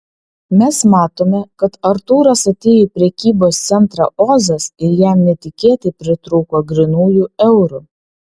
mes matome kad artūras atėjo į prekybos centrą ozas ir jam netikėtai pritrūko grynųjų eurų